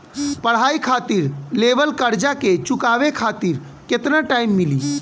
पढ़ाई खातिर लेवल कर्जा के चुकावे खातिर केतना टाइम मिली?